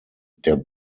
der